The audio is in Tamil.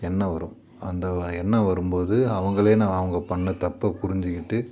எண்ணம் வரும் அந்த வ எண்ணம் வரும் போது அவங்களே ந அவங்க பண்ண தப்பை புரிஞ்சிக்கிட்டு